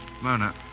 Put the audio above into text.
Mona